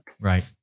Right